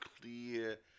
clear